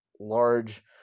large